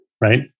right